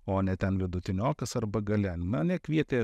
o ne ten vidutiniokas arba gale mane kvietė